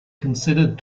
considered